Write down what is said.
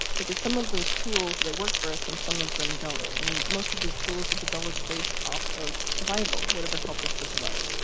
because some of those tools, they work for us. and some of them don't. and most of these tools are developed based off of survival. whatever helped us to survive.